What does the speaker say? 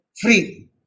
free